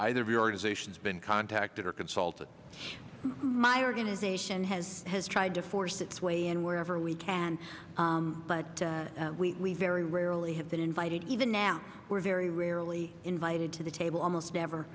either the organizations been contacted or consulted my organization has has tried to force its way in wherever we can but we very rarely have been invited even now we're very rarely invited to the table almost never